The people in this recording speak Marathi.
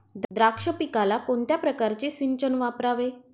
द्राक्ष पिकाला कोणत्या प्रकारचे सिंचन वापरावे?